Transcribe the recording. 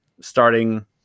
starting